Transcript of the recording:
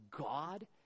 God